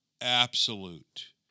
absolute